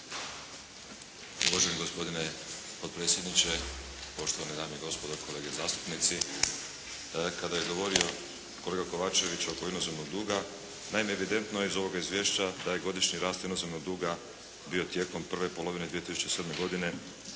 Uvaženi gospodine potpredsjedniče, poštovane dame i gospodo, kolege zastupnici! Kada je govorio kolega Kovačević oko inozemnog duga, naime evidentno je iz ovog izvješća da je godišnji rast inozemnog duga bio tijekom prve polovine 2007. godine